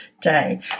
day